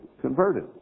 converted